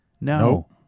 No